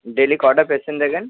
daily কটা patient দেখেন